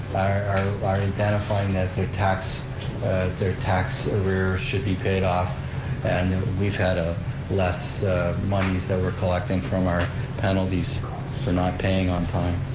are identifying that their tax their tax arrears should be paid off and we've had ah less moneys that we're collecting from our penalties for not paying on time.